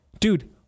Dude